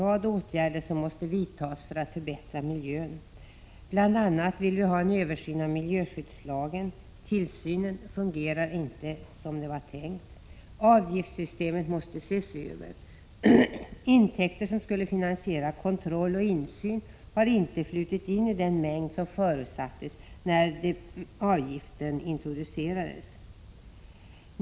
1986/87:31 måste vidtas för att förbättra miljön. Vi vill bl.a. ha en översyn av 20november 1986 miljöskyddslagen -— tillsynen fungerar inte som det var tänkt. Avgiftssystemet. = J=us ad oo måste ses över. Intäkter som skulle finansiera kontroll och insyn har inte influtit i den mängd som förutsattes när avgiften introducerades.